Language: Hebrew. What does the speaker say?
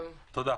תודה.